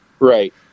Right